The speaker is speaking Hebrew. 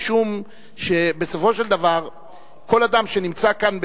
משום שבסופו של דבר כל אדם שנמצא כאן,